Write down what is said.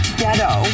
ghetto